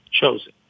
chosen